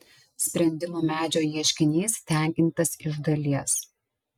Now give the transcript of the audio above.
sprendimų medžio ieškinys tenkintas iš dalies